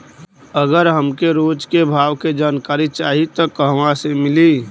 अगर हमके रोज के भाव के जानकारी चाही त कहवा से मिली?